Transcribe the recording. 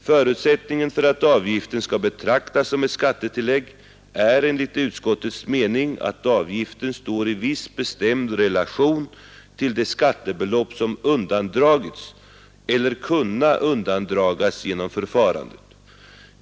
Förutsättningen för att avgiften skall betraktas som ett skattetillägg är enligt utskottets mening att avgiften står i viss bestämd relation till det skattebelopp som undandragits eller kunnat undandras genom förfarandet.